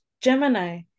Gemini